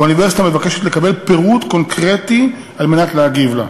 והאוניברסיטה מבקשת לקבל פירוט קונקרטי על מנת להגיב עליה.